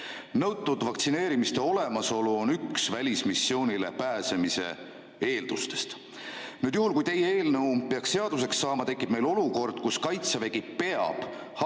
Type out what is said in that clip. Nõutud vaktsineerimiste olemasolu on üks välismissioonile pääsemise eeldustest. Juhul kui teie eelnõu peaks seaduseks saama, tekib meil olukord, kus Kaitsevägi peab hakkama